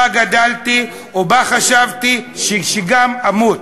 שבה גדלתי ובה חשבתי שגם אמות,